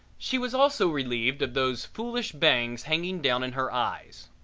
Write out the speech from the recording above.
she was also relieved of those foolish bangs hanging down in her eyes.